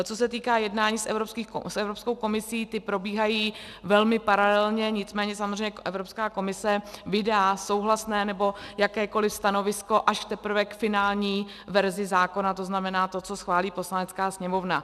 Co se týká jednání s Evropskou komisí, ta probíhají velmi paralelně, nicméně samozřejmě Evropská komise vydá souhlasné nebo jakékoliv stanovisko až teprve k finální verzi zákona, to znamená tomu, co schválí Poslanecká sněmovna.